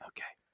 Okay